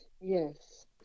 Yes